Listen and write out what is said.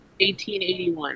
1881